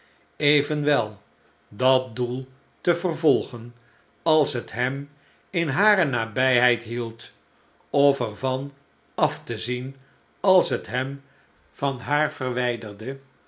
evenwel dat doel te vervolgen als het hem in hare nabijheid hield of er van af te zien als het hem van haar verwijderde